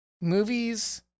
movies